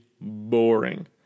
boring